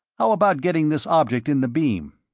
how about getting this object in the beam.